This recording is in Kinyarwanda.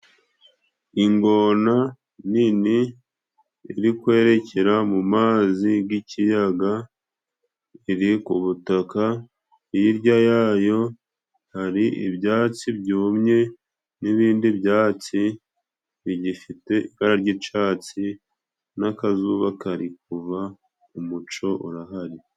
Ingona nini iri kwerekera mu mazi g'ikiyaga iri ku butaka, hirya yayo hari ibyatsi byumye n'ibindi byatsi bigifite ibara ry'icatsi n'akazuba kari kuva umuco urahari.